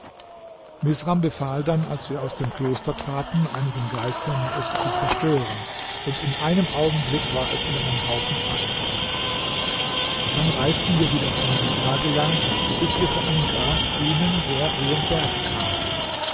misram befahl dann als wir aus dem kloster traten einigen geistern es zu zerstören und in einem augenblick war es in einen haufen asche verwandelt dann reisten wir wieder zwanzig tage lang bis wir vor einen grasgrünen sehr hohen berg kamen